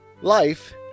Life